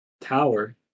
Tower